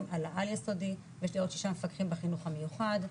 על העל יסודי ויש לי עוד 6 מפקחים בחינוך המיוחד,